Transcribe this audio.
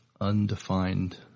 undefined